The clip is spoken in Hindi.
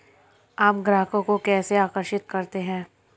आप ग्राहकों को कैसे आकर्षित करते हैं?